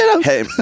Hey